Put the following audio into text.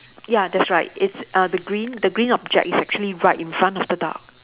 ya that's right it's uh the green the green object is actually right in front of the dog